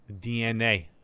dna